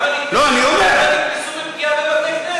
לא, אני אומר, כמה נתפסו בפגיעה בבתי-כנסת?